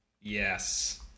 Yes